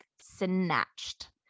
snatched